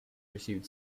received